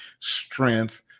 strength